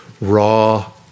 raw